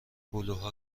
هلوها